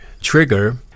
Trigger